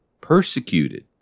persecuted